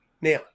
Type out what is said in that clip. now